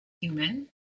human